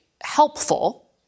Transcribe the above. helpful